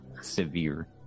severe